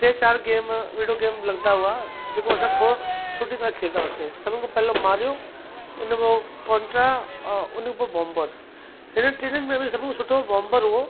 टे चार game video game लॻंदा हुआ जेको असां खोड़ सुठी तरह खेॾंदा हुआसीं सभिनि खां पहिले मारियो उन मां कोंट्रा उन्हीअ खां पोइ बोम्बर हिननि टिन्हीअ में बि सभिनि खां सुठो बोम्बर हुओ